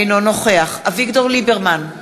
אינו נוכח אביגדור ליברמן,